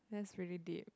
that's really deep